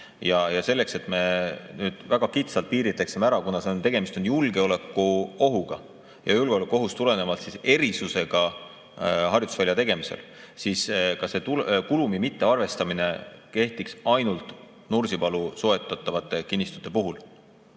selleks, et me väga kitsalt piiritleksime ära, kuna tegemist on julgeolekuohuga ja julgeolekuohust tuleneva erisusega harjutusvälja tegemisel, siis kulumi mittearvestamine kehtiks ainult Nursipalu soetatavate kinnistute puhul.